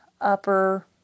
upper